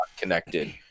connected